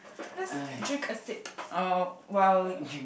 let's drink a sip of while